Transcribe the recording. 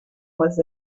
was